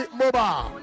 mobile